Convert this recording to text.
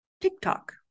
TikTok